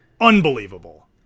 unbelievable